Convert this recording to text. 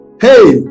hey